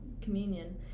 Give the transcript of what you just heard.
communion